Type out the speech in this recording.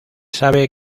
sabe